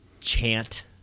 chant